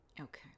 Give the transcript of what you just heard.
Okay